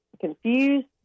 confused